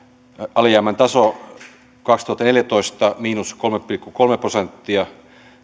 alijäämän taso kaksituhattaneljätoista miinus kolme pilkku kolme prosenttia